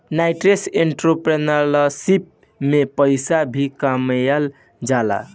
nascent entrepreneurship में पइसा भी कामयिल जाला